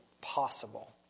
possible